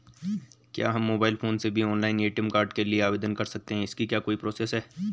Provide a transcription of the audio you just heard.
क्या हम mobile phone से भी ऑनलाइन ए.टी.एम कार्ड के लिए आवेदन कर सकते हैं इसकी क्या प्रोसेस है?